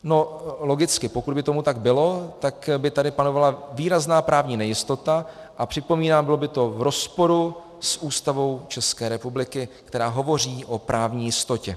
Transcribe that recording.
No logicky, pokud by tomu tak bylo, tak by tady panovala výrazná právní nejistota, a připomínám, bylo by to v rozporu s Ústavou České republiky, která hovoří o právní jistotě.